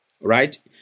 right